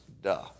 Duh